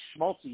schmaltzy